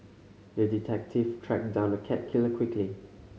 the detective tracked down the cat killer quickly